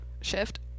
Shift